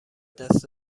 دست